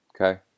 Okay